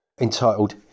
entitled